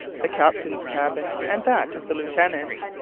the captain's cabin, and that of the lieutenant,